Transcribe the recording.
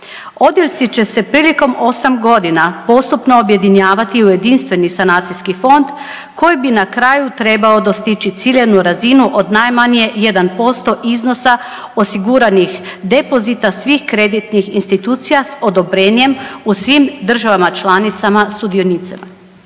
Odjeljci će se prilikom 8 godina postupno objedinjavati u jedinstveni sanacijski fond koji bi na kraju trebao dostići ciljanu razinu od najmanje 1% iznosa osiguranih depozita svih kreditnih institucija s odobrenjem u svim državama članicama sudionice.